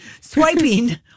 swiping